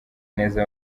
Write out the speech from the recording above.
neza